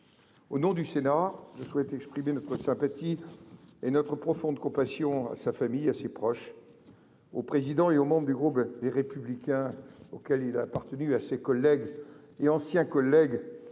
Au nom du Sénat, je souhaite exprimer notre sympathie et notre profonde compassion à sa famille, à ses proches, au président et aux membres du groupe Les Républicains auquel il a appartenu, ainsi qu'à ses collègues et anciens collègues